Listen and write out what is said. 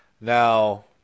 Now